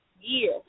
year